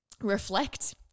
reflect